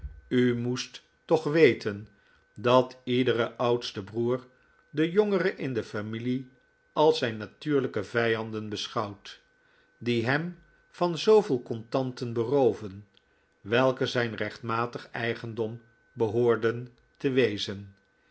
u moest toch weten dat iedere oudste broer de jongere in de familie als zijn natuurlijke vijanden beschouwt die hem van zooveel contanten berooven welke zijn rechtmatig eigendom behoorden te wezen